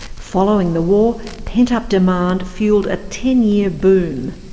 following the war, pen-up demand fuelled a ten-year boom.